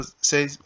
say